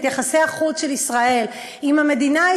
את יחסי החוץ של מדינת ישראל עם המדינה,